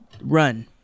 run